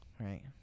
right